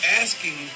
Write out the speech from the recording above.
asking